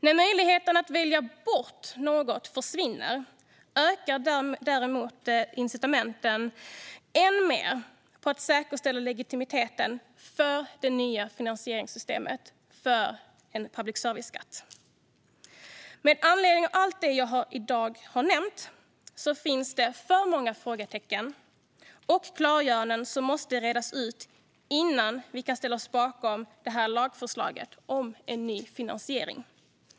När möjligheten att välja bort något försvinner ökar därmed incitamentet än mer för att säkerställa legitimiteten för det nya finansieringssystemet, för en ny public service-skatt. Med anledning av allt det som jag i dag har nämnt finns det för många frågetecken och klargöranden som måste redas ut innan vi kan ställa oss bakom det här lagförslaget om en ny finansiering.